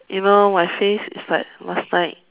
you know my face is like last night